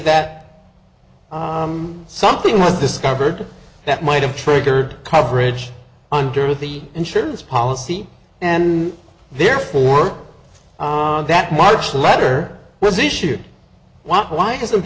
that something was discovered that might have triggered coverage under the insurance policy and therefore that march letter was issued why why isn't